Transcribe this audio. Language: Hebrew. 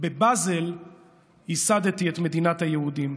"בבזל ייסדתי את מדינת היהודים".